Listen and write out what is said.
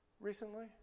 recently